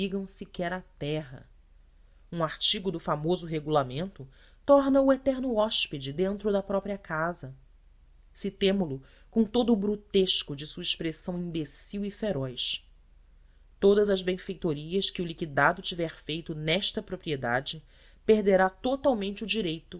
ligam sequer à terra um artigo do famoso regulamento torna o eterno hóspede dentro da própria casa citemo lo com todo o brutesco de sua expressão imbecil e feroz todas as benfeitorias que o liquidado tiver feito nesta propriedade perderá totalmente o direito